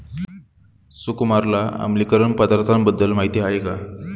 सुकुमारला आम्लीकरण पदार्थांबद्दल माहिती आहे का?